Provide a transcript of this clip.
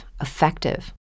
effective